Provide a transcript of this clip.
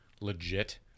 legit